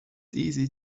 easy